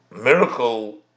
miracle